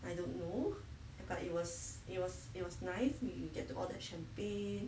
I don't know but it was it was it was nice that you get the order champagne